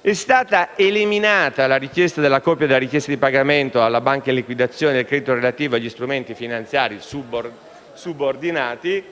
È stata eliminata la richiesta della copia di pagamento alla banca in liquidazione e del credito relativo agli strumenti finanziari subordinati;